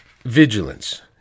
Vigilance